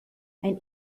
ein